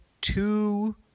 two